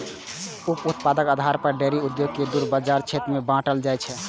उप उत्पादक आधार पर डेयरी उद्योग कें दू बाजार क्षेत्र मे बांटल जाइ छै